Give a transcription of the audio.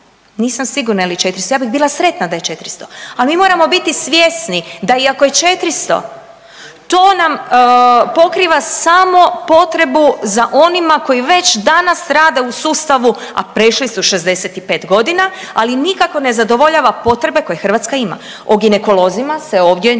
Nisam sigurna je li 400, ja bih bila sretna da je 400, ali mi moramo biti svjesni, da i ako je 400, to nam pokriva samo potrebu za onima koji već danas rade u sustavu, a prešli su 65 godina, ali nikako ne zadovoljava potrebe koje Hrvatska ima. O ginekolozima se ovdje nije